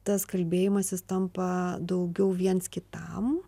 tas kalbėjimasis tampa daugiau viens kitam